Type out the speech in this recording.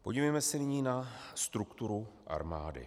Podívejme se nyní na strukturu armády.